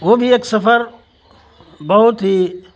وہ بھی ایک سفر بہت ہی